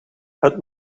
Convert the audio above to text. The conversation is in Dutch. het